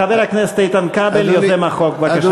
חבר הכנסת איתן כבל, יוזם החוק, בבקשה.